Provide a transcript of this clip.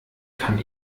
kann